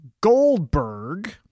Goldberg